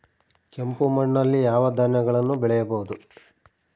ಕೆಂಪು ಮಣ್ಣಲ್ಲಿ ಯಾವ ಧಾನ್ಯಗಳನ್ನು ಬೆಳೆಯಬಹುದು?